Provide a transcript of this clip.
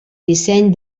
disseny